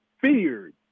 feared